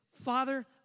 Father